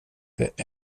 det